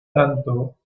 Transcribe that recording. tanto